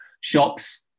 shops